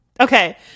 Okay